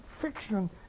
fiction